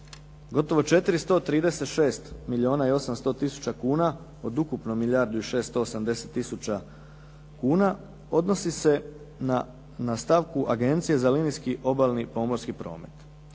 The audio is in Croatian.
gotovo 436 milijuna i 800000 kuna od ukupno milijardu i 680000 kuna odnosi se na stavku Agencije za linijski obalni pomorski promet.